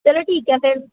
ਚਲੋ ਠੀਕ ਹੈ ਫਿਰ